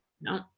no